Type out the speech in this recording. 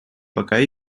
пока